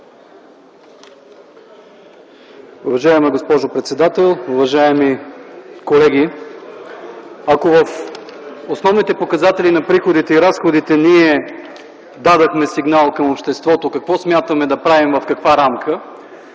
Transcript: Уважаема госпожо председател, уважаеми колеги! Ако в основните показатели на приходите и разходите ние дадохме сигнал към обществото какво смятаме да правим, в каква рамка,